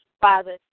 Father